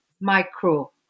micro